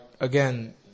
again